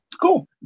Cool